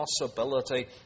possibility